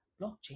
blockchain